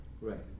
Right